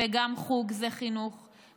וגם חוג זה חינוך,